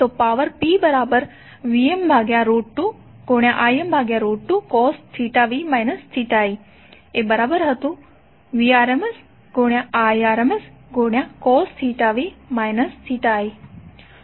તો power PVm2Im2cos v i Vrms Irmscosv i છે